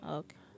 okay